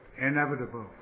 inevitable